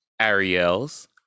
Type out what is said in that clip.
Ariels